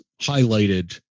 highlighted